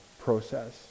process